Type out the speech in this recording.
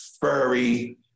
furry